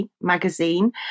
magazine